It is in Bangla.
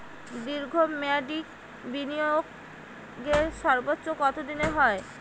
দীর্ঘ মেয়াদি বিনিয়োগের সর্বোচ্চ কত দিনের হয়?